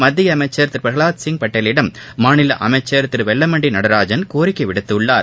மத்திய அமைச்சர் திரு பிரகலாத்சிங் மாநில வழங்குமாறு அமைச்சர் திரு வெல்லமண்டி நடராஜன் கோரிக்கை விடுத்துள்ளார்